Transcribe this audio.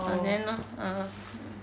uh then lor uh